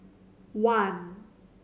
one